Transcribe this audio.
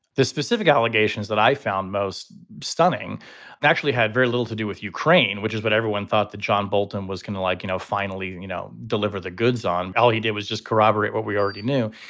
the specific allegations that i found most stunning actually had very little to do with ukraine, which is what everyone thought that john bolton was going to like, you know, finally, and you know, deliver the goods on. all he did was just corroborate what we already knew.